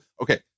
okay